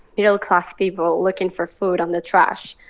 middle-class people looking for food on the trash.